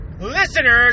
listeners